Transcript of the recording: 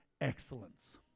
excellence